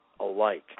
alike